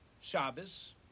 Shabbos